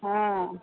हाँ